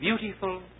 beautiful